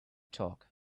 talk